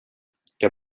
jag